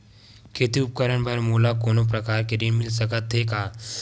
खेती उपकरण बर मोला कोनो प्रकार के ऋण मिल सकथे का?